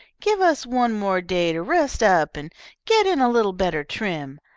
give us one more day to rest up and get in a little better trim.